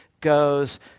goes